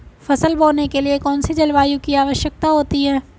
फसल बोने के लिए कौन सी जलवायु की आवश्यकता होती है?